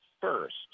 first